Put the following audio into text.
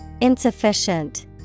Insufficient